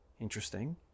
Interesting